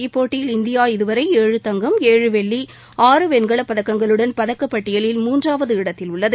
இப்போட்டியில் இந்தியா இதுவரை ஏழு தங்கம் ஏழு வெள்ளி ஆறு வெண்கலப் பதக்கங்களுடன் பதக்கப்பட்டியலில் மூன்றாவது இடத்தில் உள்ளது